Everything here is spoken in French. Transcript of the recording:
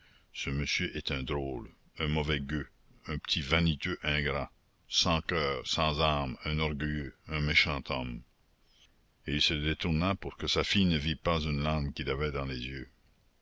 ce monsieur est un drôle un mauvais gueux un petit vaniteux ingrat sans coeur sans âme un orgueilleux un méchant homme et il se détourna pour que sa fille ne vît pas une larme qu'il avait dans les yeux